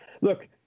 look